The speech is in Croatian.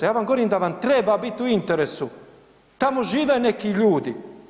Ja vam govorim da vam treba bit u interesu, tamo žive neki ljudi.